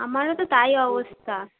আমারও তো তাই অবস্থা